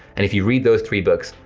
and if you read those three books,